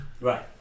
Right